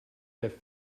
have